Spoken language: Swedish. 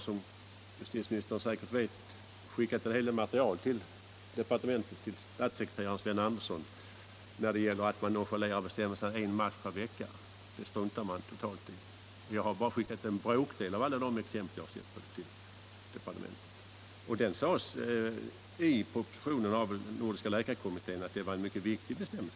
Som justitieministern säkert vet har jag skickat en hel del material till statssekreterare Sven Andersson i justitiedepartementet och som visar att man nonchalerar bestämmelserna om en match per vecka. Den bestämmelsen struntar man totalt i. Jag har ändå bara till departementet skickat in en bråkdel av alla de exempel som jag har fått del av. Den nordiska läkarkommittén ansåg att detta var en mycket viktig bestämmelse.